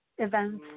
events